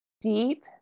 deep